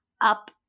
up